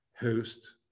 host